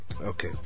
Okay